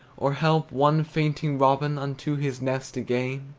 or help one fainting robin unto his nest again,